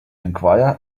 enquire